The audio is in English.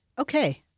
Okay